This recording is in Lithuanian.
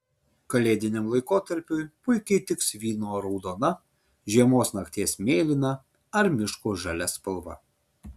kalėdiniam laikotarpiui puikiai tiks vyno raudona žiemos nakties mėlyna ar miško žalia spalva